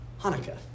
Hanukkah